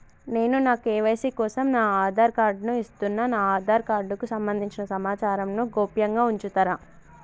నేను నా కే.వై.సీ కోసం నా ఆధార్ కార్డు ను ఇస్తున్నా నా ఆధార్ కార్డుకు సంబంధించిన సమాచారంను గోప్యంగా ఉంచుతరా?